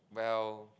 well